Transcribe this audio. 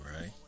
Right